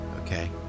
Okay